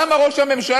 למה ראש הממשלה,